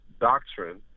doctrine